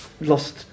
Lost